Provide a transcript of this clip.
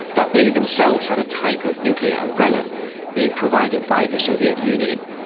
that they themselves had a type of nuclear umbrella being provided by the soviet union.